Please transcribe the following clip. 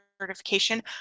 certification